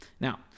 Now